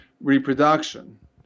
reproduction